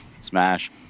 smash